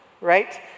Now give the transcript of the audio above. Right